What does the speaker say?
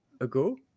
ago